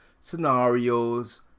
scenarios